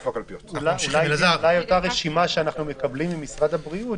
אולי את אותה רשימה שמקבלים ממשרד הבריאות,